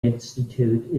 institute